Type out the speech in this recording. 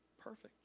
Perfect